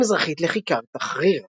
צפון-מזרחית לכיכר תחריר.